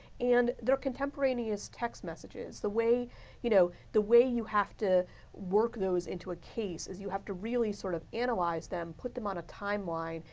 and, there contemporaneous text messages. the way you know the way you have to work those into a case, you have to really sort of analyze them, put them on a timeline,